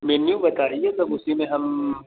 menu बताइए तब उसी में हम